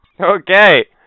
Okay